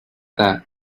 that